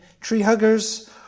tree-huggers